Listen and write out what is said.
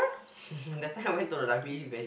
that time I went to the library very